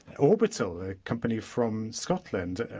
orbital, a company from scotland,